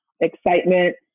excitement